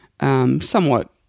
somewhat